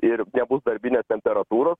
ir nebus darbinės temperatūros